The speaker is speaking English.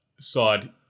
side